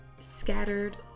scattered